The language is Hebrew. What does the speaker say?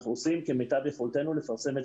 אנחנו עושים כמיטב יכולתנו לפרסם את